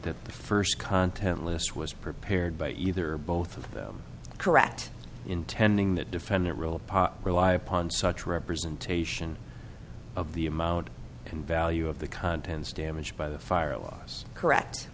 the first content list was prepared by either or both of them correct intending the defendant rule rely upon such representation of the amount and value of the contents damaged by the fire laws correct